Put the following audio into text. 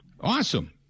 Awesome